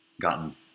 gotten